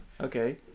Okay